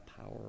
power